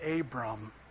Abram